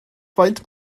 faint